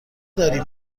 داری